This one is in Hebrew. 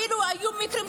כולם יודעים מה קרה